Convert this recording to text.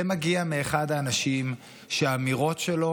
זה מגיע מאחד האנשים שהאמירות שלו